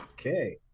Okay